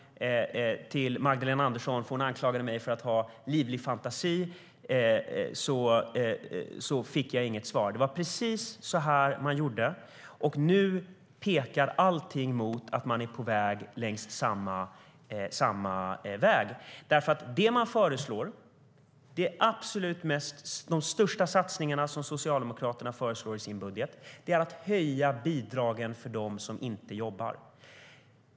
Magdalena Andersson anklagade mig för att ha livlig fantasi när jag ställde frågan till henne; jag fick inget svar. Det var precis så man gjorde, och nu pekar allting på att man går längs samma väg igen. De absolut största satsningar som Socialdemokraterna föreslår i sin budget handlar om att höja bidragen för dem som inte jobbar.